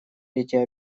эти